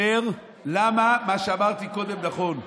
אומר למה מה שאמרתי קודם נכון.